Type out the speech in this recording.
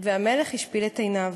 והמלך השפיל את עיניו,